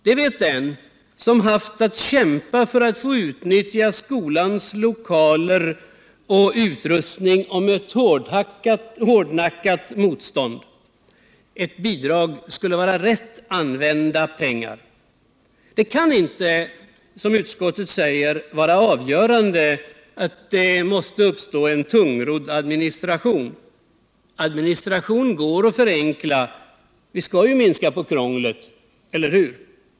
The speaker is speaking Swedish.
Det vet den som haft att kämpa för att få utnyttja skolans lokaler och utrustning och därvid mött hårdnackat motstånd. Ett bidrag skulle vara rätt använda pengar. Det kan inte, som utskottet säger, vara riktigt att det måste uppstå en tungrodd administration. En administration går att förenkla. Vi skall ju minska på krånglet — eller hur?